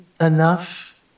enough